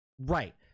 right